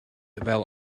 fel